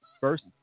first